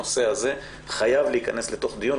הנושא הזה חייב להיכנס לדיון.